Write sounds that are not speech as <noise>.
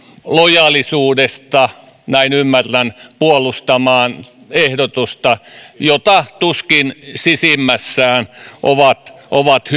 lojaalisuudesta näin ymmärrän puolustamaan ehdotusta jota tuskin sisimmässään ovat ovat <unintelligible>